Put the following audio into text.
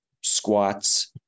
squats